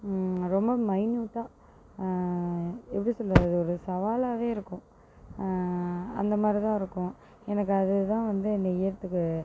ரொம்ப மைன்னுட்டா எப்படி சொல்கிறது ஒரு சவாலவே இருக்கும் அந்தமாதிரிதான் இருக்கும் எனக்கு அதுதான் வந்து நெய்கிறத்துக்கு